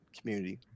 community